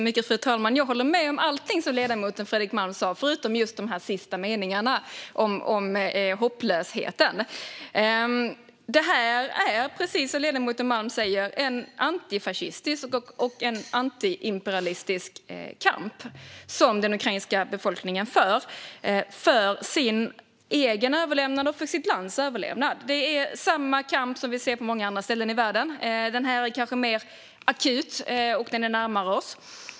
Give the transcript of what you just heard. Fru talman! Jag håller med om allt som ledamoten Fredrik Malm sa, förutom de sista meningarna om hopplösheten. Det är precis som ledamoten Malm sa en antifascistisk och antiimperialistisk kamp som den ukrainska befolkningen för, för sin egen och sitt lands överlevnad. Det är samma kamp som vi ser på många andra ställen i världen, men den är kanske mer akut och närmare oss.